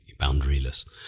boundaryless